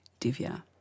divya